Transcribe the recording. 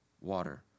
water